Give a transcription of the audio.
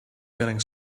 getting